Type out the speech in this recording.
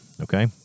Okay